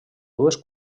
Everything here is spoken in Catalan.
dues